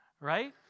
Right